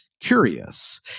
curious